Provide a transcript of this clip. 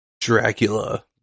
Dracula